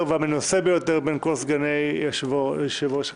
והמנוסה ביותר בין כל סגני יושב-ראש הכנסת.